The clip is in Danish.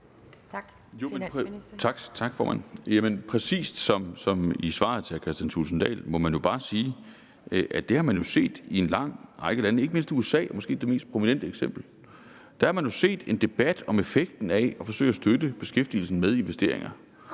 Tak, formand. Jamen præcis som i svaret til hr. Kristian Thulesen Dahl må jeg jo bare sige, at det har man set i en lang række lande, ikke mindst i USA som måske det mest prominente eksempel. Der har man jo set en debat om effekten af at forsøge at støtte beskæftigelsen med investeringer,